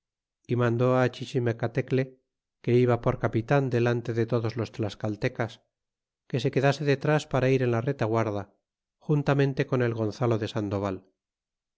y mandó á chichimecatecle que iba por capitan delante de todos los tlascaltecas que se quedase detras para ir en la retaguarda juntamente con el gonzalo de sandoval